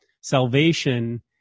salvation